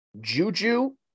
Juju